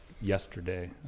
yesterday